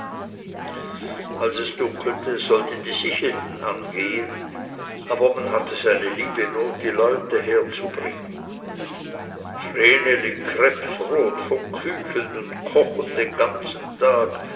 als es dunkelte sollte die sichelten angehen aber man hatte seine liebe not die leute herzuzubringen vreneli krebsrot von kücheln und kochen den ganzen tag